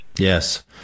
Yes